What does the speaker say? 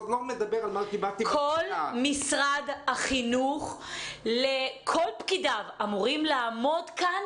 כל משרד החינוך ופקידיו אמורים לעמוד כאן